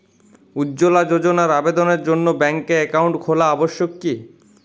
উজ্জ্বলা যোজনার আবেদনের জন্য ব্যাঙ্কে অ্যাকাউন্ট খোলা আবশ্যক কি?